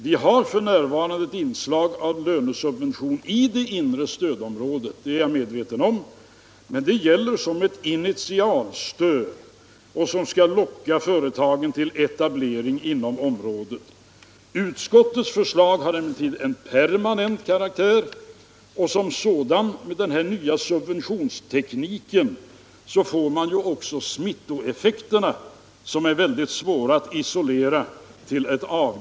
Vi har f.n. ett inslag av lönesubventioner i det inre stödområdet — det är jag medveten om — men det gäller som ett initialstöd, som skall locka företagen till etablering inom stödområdet. Utskottets förslag har emellertid en permanent karaktär, och därmed får man också med den nya subventionstekniken smittoeffekter som är svåra att undvika.